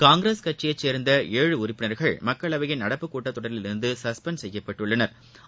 காங்கிரஸ் கட்சியைச் சேர்ந்த ஏழு உறுப்பினர்கள் மக்களவையின் நடப்புக் கூட்டத்தொடரிலிருந்து சஸ்பெண்ட் செய்யப்பட்டுள்ளனா்